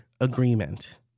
agreement